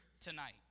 tonight